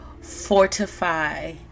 fortify